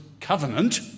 covenant